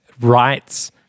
rights